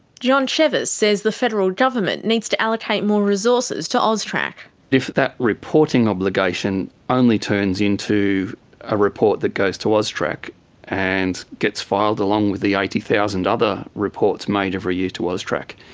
john chevis says the federal government needs to allocate more resources to austrac. if that reporting obligation only turns into a report that goes to austrac and gets filed along with the eighty thousand other reports made every year to austrac,